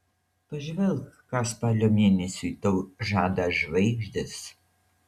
pažvelk ką spalio mėnesiui tau žada žvaigždės